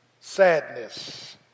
sadness